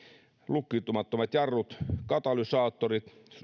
lukkiutumattomat jarrut katalysaattorit